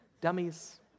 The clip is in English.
dummies